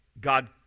God